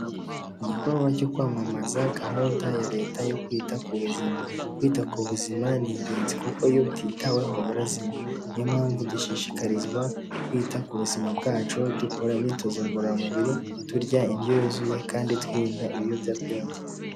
Igikorwa cyo kwamamaza gahunda ya leta yo kwita ku buzima, kwita ku buzima ni ingenzi kuko iyo butitaweho burazima, niyo mpamvu dushishikarizwa kwita ku buzima bwacu dukora imyitozo ngororamubiri, turya indyo yuzuye kandi twirinda ibiyobyabwenge.